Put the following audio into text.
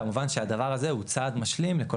כמובן שהדבר הזה הוא צעד משלים לכל